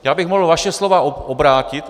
Já bych mohl vaše slova obrátit.